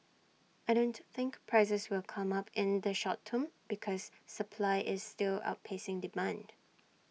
I don't think prices will come up in the short term because supply is still outpacing demand